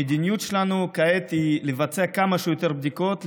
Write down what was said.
המדיניות שלנו כעת היא לבצע כמה שיותר בדיקות,